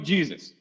Jesus